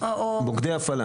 מוקדי הפעלה.